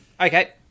Okay